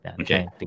Okay